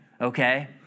Okay